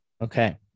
Okay